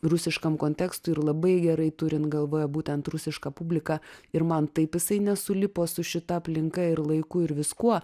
rusiškam kontekstui ir labai gerai turint galvoje būtent rusišką publiką ir man taip jisai nesulipo su šita aplinka ir laiku ir viskuo